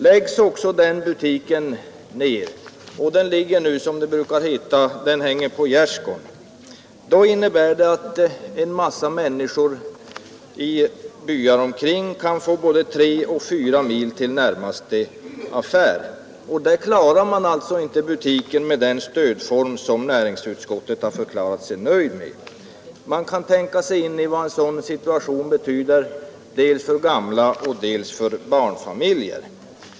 Läggs också den butiken ned — och den hänger nu på gärdsgår'n, som det brukar heta — innebär det att en massa människor i byarna däromkring kan få både tre och fyra mil till närmaste affär. Man klarar alltså inte butiken med den stödform som näringsutskottet har förklarat sig nöjt med. Vi kan tänka oss in i vad en sådan situation betyder för gamla och för barnfamiljer.